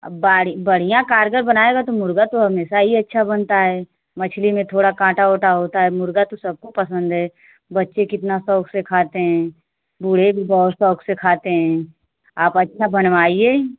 अब बाढ़ बढ़िया कारगर बनाएगा तो मुर्गा तो हमेशा ही अच्छा बनता है मछली में थोड़ा काँटा ऊंटा होता है मुर्गा तो सबको पसंद है बच्चे कितना शौक़ से खाते हैं बूढ़े भी बहुत शौक़ से खाते हैं आप अच्छा बनवाईए